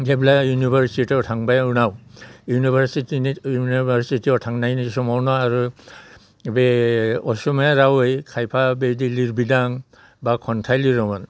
जेब्ला इउनिबारसिटियाव थांबाय उनाव इउनिभारसिथटियाव थांनायनि समावनो आरो बे असमिया रावै खायफा बिदि लिरबिदां एबा खन्थाइ लिरोमोन